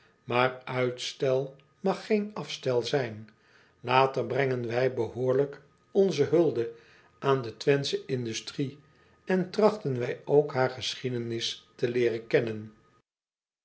aar uitstel mag geen afstel zijn ater brengen wij behoorlijk onze hulde aan de wenthsche industrie en trachten wij ook haar geschiedenis te leeren kennen